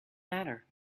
matter